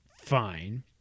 fine